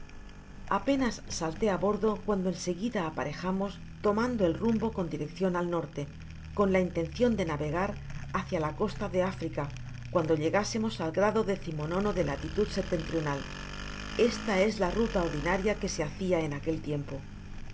apenas salte á bordo cuando en seguida apareja mos tomando el rumbo con direccion al norte con la intencion de navegar hacia la costa de africa cuando lle gásemos al grado décimo nono de latitud septentrional esta es la ruta ordinaria que se hada en aquel tiempo en